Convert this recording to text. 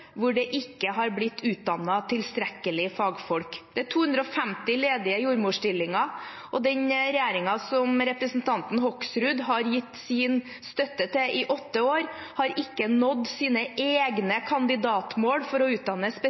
hvor det ikke har blitt utdannet tilstrekkelig med fagfolk. Det er 250 ledige jordmorstillinger, og den regjeringen som representanten Hoksrud har gitt sin støtte til i åtte år, har ikke nådd sine egne kandidatmål for å utdanne